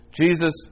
Jesus